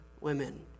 women